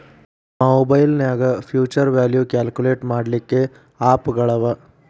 ಮಒಬೈಲ್ನ್ಯಾಗ್ future value calculate ಮಾಡ್ಲಿಕ್ಕೆ app ಗಳವ